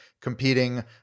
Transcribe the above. competing